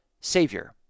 Savior